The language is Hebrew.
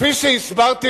כפי שהסברתי